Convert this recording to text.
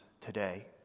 today